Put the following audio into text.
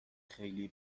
خیلی